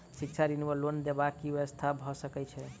शिक्षा ऋण वा लोन देबाक की व्यवस्था भऽ सकै छै?